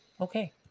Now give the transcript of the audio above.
okay